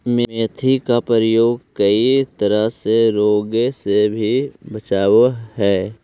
मेथी का प्रयोग कई तरह के रोगों से भी बचावअ हई